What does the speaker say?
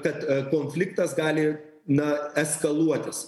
kad konfliktas gali na eskaluotis